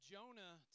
Jonah